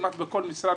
כמעט בכל משרד,